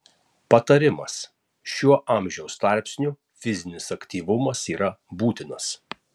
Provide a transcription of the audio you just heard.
patarimas šiuo amžiaus tarpsniu fizinis aktyvumas yra būtinas